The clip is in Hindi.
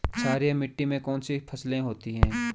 क्षारीय मिट्टी में कौन कौन सी फसलें होती हैं?